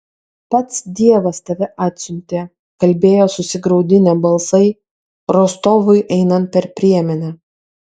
pats dievas tave atsiuntė kalbėjo susigraudinę balsai rostovui einant per priemenę